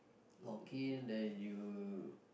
login then you